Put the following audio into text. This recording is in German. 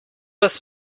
das